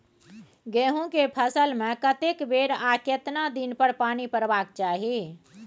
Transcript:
गेहूं के फसल मे कतेक बेर आ केतना दिन पर पानी परबाक चाही?